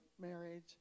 marriage